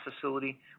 facility